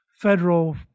federal